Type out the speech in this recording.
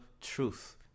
truth